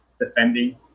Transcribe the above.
defending